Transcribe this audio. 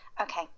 Okay